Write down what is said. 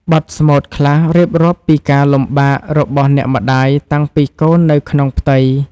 បទស្មូតខ្លះរៀបរាប់ពីការលំបាករបស់អ្នកម្ដាយតាំងពីកូននៅក្នុងផ្ទៃ។